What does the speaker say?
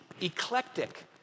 eclectic